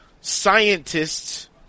scientists